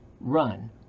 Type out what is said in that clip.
run